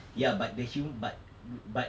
ya but the humo~ but but